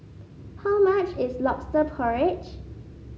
how much is lobster porridge